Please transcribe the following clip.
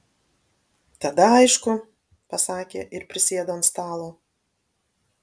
tada aišku pasakė ir prisėdo ant stalo